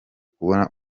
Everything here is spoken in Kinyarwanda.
kubona